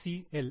L